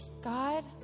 God